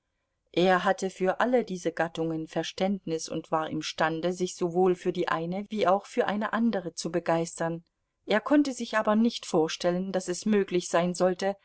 er hatte für alle diese gattungen verständnis und war imstande sich sowohl für die eine wie auch für eine andere zu begeistern er konnte sich aber nicht vorstellen daß es möglich sein sollte